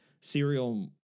serial